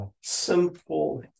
simple